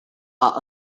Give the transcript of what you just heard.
are